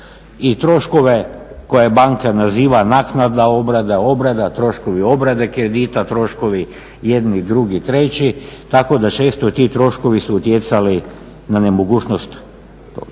i troškove koje banka naziva naknada obrada, obrada, troškovi obrade kredita, troškovi jedni, drugi, treći tako da često ti troškovi su utjecali na nemogućnost.